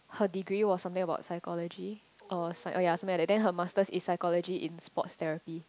her degree was something about psychology or oh yeah something like that then her master is psychology in sports therapy